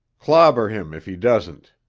clobber him if he doesn't.